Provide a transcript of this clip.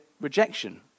Rejection